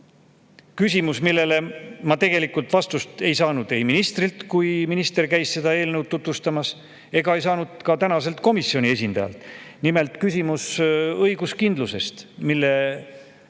küsimus, millele ma tegelikult vastust ei saanud ei ministrilt, kui minister käis seda eelnõu tutvustamas, ega ka tänaselt komisjoni esindajalt. See on küsimus õiguskindlusest, mille